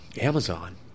Amazon